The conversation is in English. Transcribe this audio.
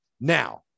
Now